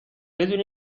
بدون